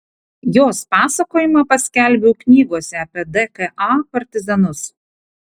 jos pasakojimą paskelbiau knygose apie dka partizanus